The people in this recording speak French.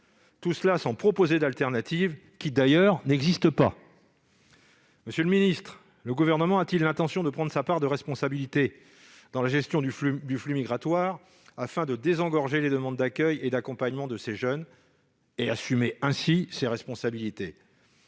tout cela sans proposer de solution de remplacement. D'ailleurs, il n'en existe pas. Monsieur le secrétaire d'État, le Gouvernement a-t-il l'intention de prendre sa part de responsabilité dans la gestion du flux migratoire, afin de désengorger les demandes d'accueil et d'accompagnement de ces jeunes et d'assumer ainsi ses responsabilités ?